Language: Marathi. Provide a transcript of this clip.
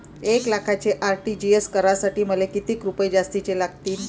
एक लाखाचे आर.टी.जी.एस करासाठी मले कितीक रुपये जास्तीचे लागतीनं?